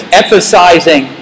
emphasizing